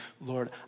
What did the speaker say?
Lord